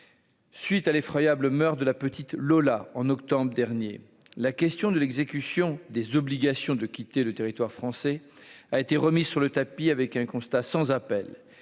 Suite à l'effroyable meurt de la petite Lola en octobre dernier, la question de l'exécution des obligations de quitter le territoire français a été remise sur le tapis avec un constat sans appel